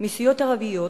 ערביות